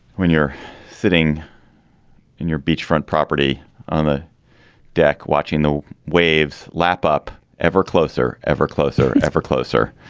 when you're sitting in your beachfront property on a deck watching the waves lap up ever closer ever closer ever closer.